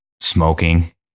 smoking